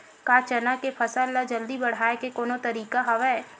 का चना के फसल ल जल्दी बढ़ाये के कोनो तरीका हवय?